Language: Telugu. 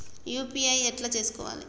యూ.పీ.ఐ ఎట్లా చేసుకోవాలి?